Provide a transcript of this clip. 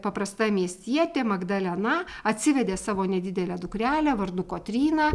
paprasta miestietė magdalena atsivedė savo nedidelę dukrelę vardu kotryna